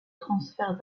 transfert